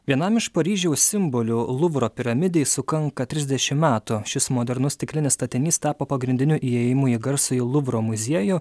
vienam iš paryžiaus simbolių luvro piramidei sukanka trisdešim metų šis modernus stiklinis statinys tapo pagrindiniu įėjimu į garsųjį luvro muziejų